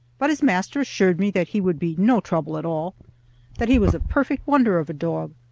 but his master assured me that he would be no trouble at all that he was a perfect wonder of a dog,